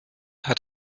hat